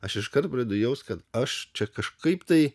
aš iškart pradedu jausti kad aš čia kažkaip tai